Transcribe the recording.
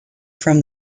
from